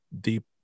deep